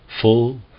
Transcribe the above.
full